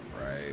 right